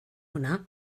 hwnna